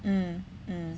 mm mm